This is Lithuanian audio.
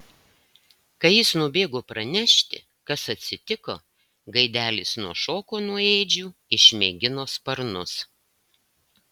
kai jis nubėgo pranešti kas atsitiko gaidelis nušoko nuo ėdžių išmėgino sparnus